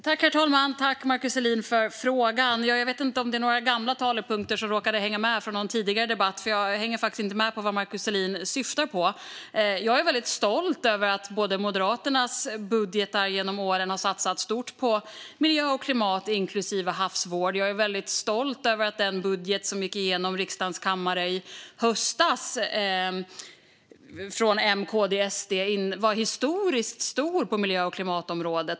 Herr talman! Tack, Markus Selin, för frågan! Jag vet inte om det är gamla talepunkter från någon tidigare debatt som råkat hänga med, för jag hänger faktiskt inte med i vad Markus Selin syftar på. Jag är väldigt stolt över att det i Moderaternas budgetar genom åren har satsats stort på miljö och klimat, inklusive havsvård. Jag är väldigt stolt över att den budget från M, KD och SD som gick igenom riksdagens kammare i höstas var historiskt stor på miljö och klimatområdet.